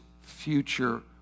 future